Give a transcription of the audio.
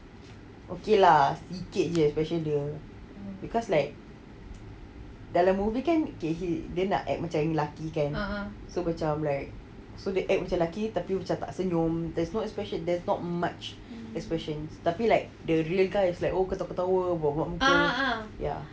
okay lah sikit jer expression dia because like dalam movie kan K she dia nak act macam lelaki kan so macam like so she act macam laki macam tak senyum there's no expression there's not much expressions tapi like the real guy is like ketawa ketawa buat buat muka